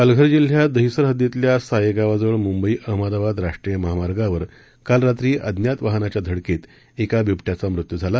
पालघर जिल्ह्यात दहिसर हद्दीतल्या साये गावाजवळ मुंबई अहमदाबाद राष्ट्रीय महामार्गावर काल रात्री अज्ञात वाहनाच्या धडकेत एका बिबट्याचा मृत्यू झाला